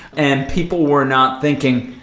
and people were not thinking,